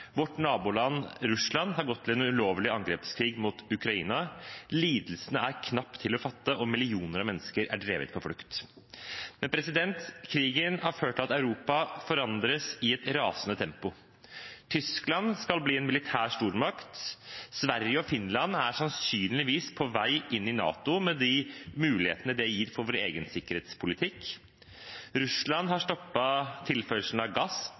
Vårt naboland Russland har gått til en ulovlig angrepskrig mot Ukraina. Lidelsene er knapt til å fatte, og millioner av mennesker er drevet på flukt. Krigen har ført til at Europa forandres i et rasende tempo. Tyskland skal bli en militær stormakt. Sverige og Finland er sannsynligvis på vei inn i NATO, med de mulighetene det gir for vår egen sikkerhetspolitikk. Russland har stoppet tilførselen av gass